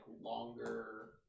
longer